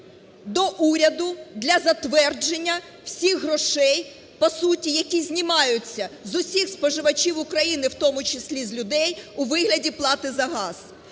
до уряду для затвердження всіх грошей, по суті, які знімається з усіх споживачів України, в тому числі з людей, у вигляді плати за газ.